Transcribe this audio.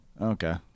Okay